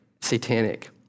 satanic